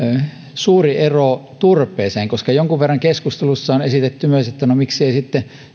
suuri ero turpeeseen jonkun verran keskustelussa on esitetty myös että miksi ei sitten